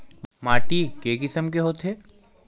माटी के किसम के होथे?